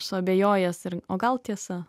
suabejojęs ir o gal tiesa